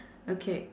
okay